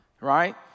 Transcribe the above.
right